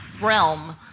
realm